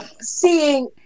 Seeing